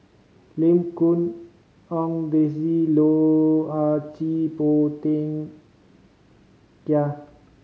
Lim Quee Hong Daisy Loh Ah Chee Phua Thin Kiay